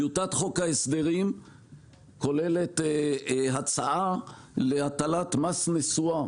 טיוטת חוק ההסדרים כוללת הצעה להטלת מס נסועה.